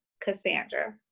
Cassandra